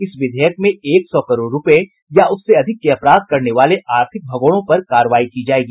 इस विधेयक में एक सौ करोड़ रूपये या उससे अधिक के अपराध करने वाले आर्थिक भगोड़ों पर कार्रवाई की जायेगी